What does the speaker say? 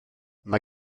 mae